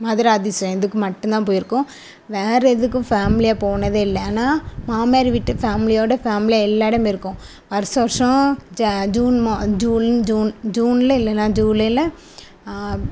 மதுரை அதிசயம் இதுக்கு மட்டும் தான் போயிருக்கோம் வேற எதுக்கும் ஃபேமிலியாக போனதே இல்லை ஆனால் மாமனார் வீட்டு ஃபேமிலியோடய ஃபேமிலியாக எல்லா இடம் போயிருக்கோம் வருஷம் வருஷம் ஜ ஜூன் மா ஜூன் ஜூன் ஜூன்ல இல்லைன்னா ஜூலையில